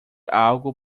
algo